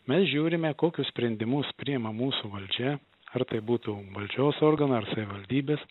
mes žiūrime kokius sprendimus priima mūsų valdžia ar tai būtų valdžios organai ar savivaldybės